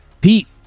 Pete